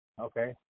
okay